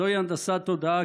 זוהי הנדסת תודעה,